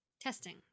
testing